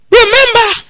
remember